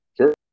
sure